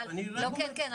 אני רק אומרת,